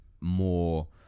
more